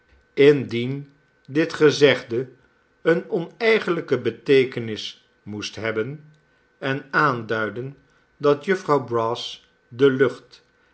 indien dit gezegde eene oneigenlijke beteekenis moest hebben en aanduiden dat jufvrouw brass de lucht